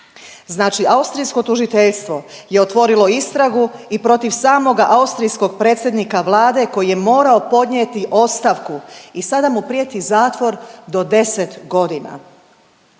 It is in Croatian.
Znači austrijsko tužiteljstvo je otvorilo istragu i protiv samoga austrijskog predsjednika Vlade koji je morao podnijeti ostavku i sada mu prijeti zatvor do 10 godina.